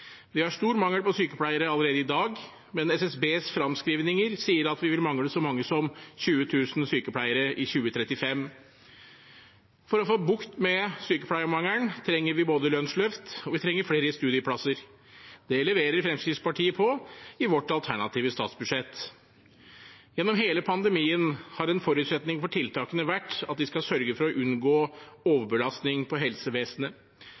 Vi har stor mangel på sykepleiere allerede i dag, men SSBs framskrivninger sier at vi vil mangle så mange som 20 000 sykepleiere i 2035. For å få bukt med sykepleiermangelen trenger vi både lønnsløft og flere studieplasser. Det leverer Fremskrittspartiet på i vårt alternative statsbudsjett. Gjennom hele pandemien har en forutsetning for tiltakene vært at vi skal sørge for å unngå overbelastning på helsevesenet.